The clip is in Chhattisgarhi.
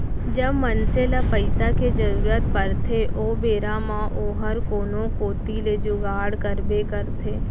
जब मनसे ल पइसा के जरूरत परथे ओ बेरा म ओहर कोनो कोती ले जुगाड़ करबे करथे